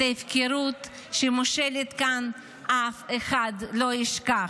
את ההפקרות שמושלת כאן אף אחד לא ישכח.